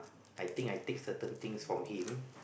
I think I take certain things from him